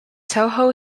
toho